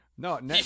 No